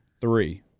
Three